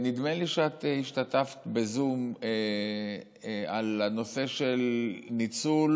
נדמה לי שאת השתתפת בזום על הנושא של ניצול,